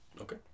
Okay